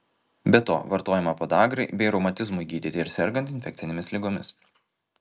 be to vartojama podagrai bei reumatizmui gydyti ir sergant infekcinėmis ligomis